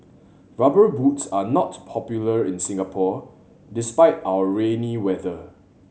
Rubber Boots are not popular in Singapore despite our rainy weather